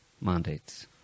mandates